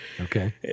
Okay